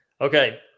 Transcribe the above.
Okay